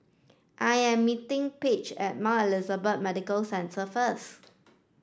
I am meeting Paige at Mount Elizabeth Medical Centre first